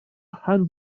rhan